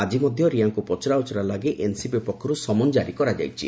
ଆଜି ମଧ୍ୟ ରିୟାଙ୍କୁ ପଚରାଉଚରା ଲାଗି ଏନ୍ସିବି ପକ୍ଷରୁ ସମନ ଜାରି କରାଯାଇଛି